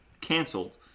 canceled